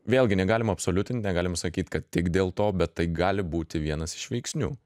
vėlgi negalim absoliutint negalim sakyt kad tik dėl to bet tai gali būti vienas iš veiksnių